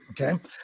Okay